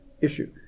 issue